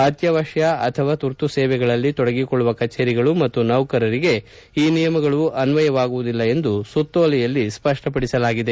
ಅತ್ಯವಶ್ಯ ಅಥವಾ ತುರ್ತು ಸೇವೆಗಳಲ್ಲಿ ತೊಡಗಿಕೊಳ್ಳುವ ಕಚೇರಿಗಳು ಮತ್ತು ನೌಕರರಿಗೆ ಈ ನಿಯಮಗಳು ಅನ್ವಯವಾಗುವುದಿಲ್ಲ ಎಂದು ಸುತ್ತೋಲೆಯಲ್ಲಿ ಸ್ಪಷ್ಟಪಡಿಸಲಾಗಿದೆ